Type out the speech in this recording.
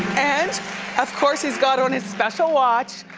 and of course, he's got on his special watch.